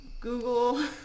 Google